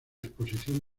exposición